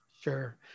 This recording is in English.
Sure